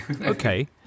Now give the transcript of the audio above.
okay